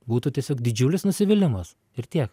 būtų tiesiog didžiulis nusivylimas ir tiek